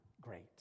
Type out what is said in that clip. great